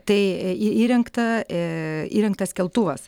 tai į įrengtą ee įrengtas keltuvas